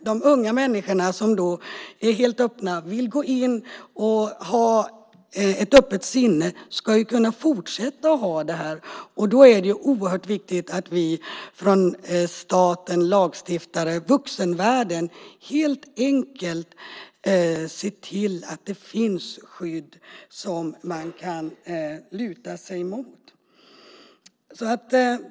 De unga som vill gå in i detta med öppet sinne ska kunna fortsätta med det, och då är det viktigt att vi från vuxenvärlden ser till att det finns skydd som man kan luta sig mot.